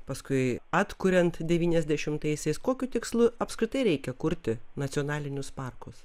paskui atkuriant devyniasdešimtaisiais kokiu tikslu apskritai reikia kurti nacionalinius parkus